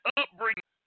upbringing